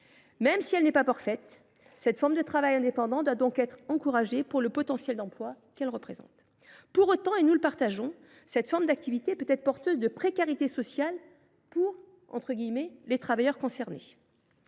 Même si elle n’est pas parfaite, cette forme de travail indépendant doit donc être encouragée en raison du potentiel d’emplois qu’elle représente. Pour autant, nous sommes d’accord, cette forme d’activité peut être source de précarité sociale pour les « travailleurs concernés